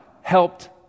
helped